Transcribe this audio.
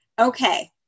Okay